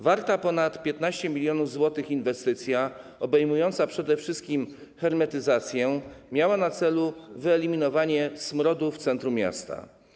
Warta ponad 15 mln zł inwestycja obejmująca przede wszystkim hermetyzację, miała na celu wyeliminowanie smrodu w centrum miasta.